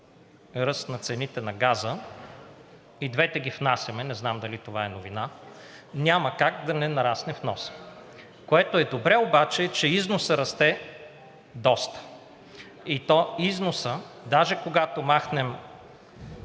ръст на цените на газа – и двете ги внасяме, не знам дали това е новина, няма как да не нарасне вносът, което е добре обаче, че износът расте доста, и то износът, даже, когато махнем